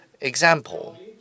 example